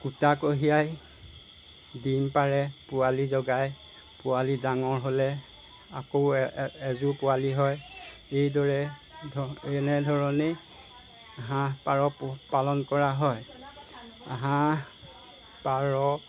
কুটা কঢ়িয়ায় ডিম পাৰে পোৱালি জগায় পোৱালি ডাঙৰ হ'লে আকৌ এযোৰ পোৱালি হয় সেইদৰে এনেধৰণেই হাঁহ পাৰ পোহপালন কৰা হয় হাঁহ পাৰ